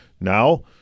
Now